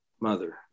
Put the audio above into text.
Mother